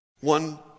One